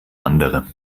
andere